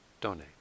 donate